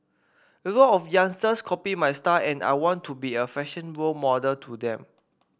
a lot of youngsters copy my style and I want to be a fashion role model to them